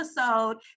episode